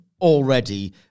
already